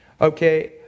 Okay